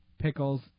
pickles